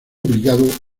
obligado